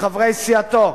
לחברי סיעתו,